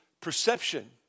perception